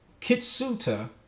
Kitsuta